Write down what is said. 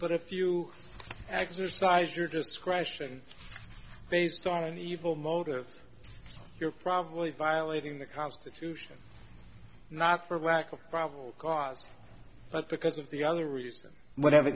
but if you exercise your discretion based on an evil motive you're probably violating the constitution not for lack of probable cause but because of the other reason whatever